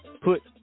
put